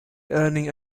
earning